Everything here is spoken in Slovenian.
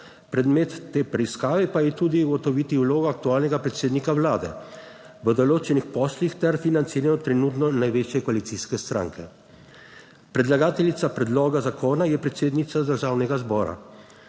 Predmet te preiskave pa je tudi ugotoviti vlogo aktualnega predsednika vlade. V določenih poslih ter financiranju trenutno največje koalicijske stranke. Predlagateljica predloga zakona je predsednica Državnega zbora,